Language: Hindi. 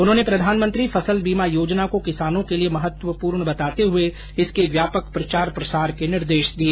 उन्होंने प्रधानमंत्री फसल बीमा योजना को किसानों के लिए महत्वपूर्ण बताते हुए इसके व्यापक प्रचार प्रसार के निर्देश दिए